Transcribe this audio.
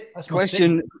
question